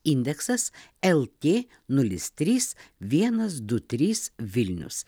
indeksas lt nulis trys vienas du trys vilnius